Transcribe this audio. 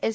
S